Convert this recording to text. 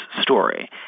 story